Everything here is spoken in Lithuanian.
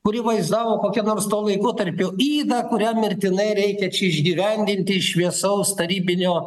kuri vaizdavo kokią nors to laikotarpio ydą kurią mirtinai reikia išgyvendinti iš šviesaus tarybinio